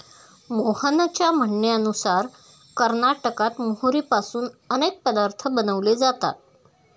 मोहनच्या म्हणण्यानुसार कर्नाटकात मोहरीपासून अनेक पदार्थ बनवले जातात